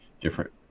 different